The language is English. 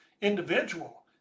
individual